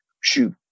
shoot